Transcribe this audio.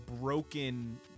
broken